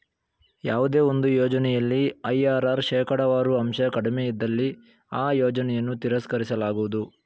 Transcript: ಯಾವುದೇ ಒಂದು ಯೋಜನೆಯಲ್ಲಿ ಐ.ಆರ್.ಆರ್ ಶೇಕಡವಾರು ಅಂಶ ಕಡಿಮೆ ಇದ್ದಲ್ಲಿ ಆ ಯೋಜನೆಯನ್ನು ತಿರಸ್ಕರಿಸಲಾಗುವುದು